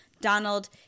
Donald